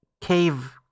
cave